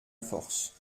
force